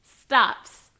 stops